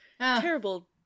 terrible